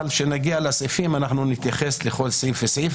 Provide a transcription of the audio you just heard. כשנגיע לסעיפים, נתייחס ספציפית.